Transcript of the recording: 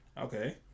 Okay